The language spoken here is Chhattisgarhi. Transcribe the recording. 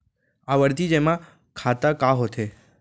आवर्ती जेमा खाता का होथे?